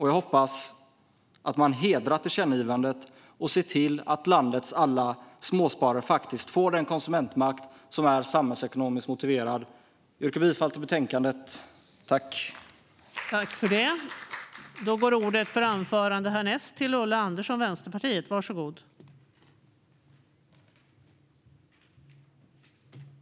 Jag hoppas att man hedrar tillkännagivandet och ser till att landets alla småsparare faktiskt får den konsumentmakt som är samhällsekonomiskt motiverad. Jag yrkar bifall till utskottets förslag.